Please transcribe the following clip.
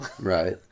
Right